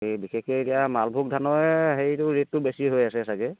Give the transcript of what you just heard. এই বিশেষকৈ এতিয়া মালভোগ ধানৰে হেৰিটো ৰেটটো বেছি হৈ আছে চাগে